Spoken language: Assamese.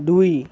দুই